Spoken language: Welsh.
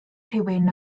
rhywun